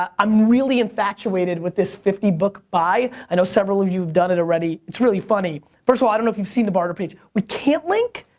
um i'm really infatuated with this fifty book buy, i know several of you've done it already. it's really funny. first of all, i don't know if you've seen the barter page. we can't link?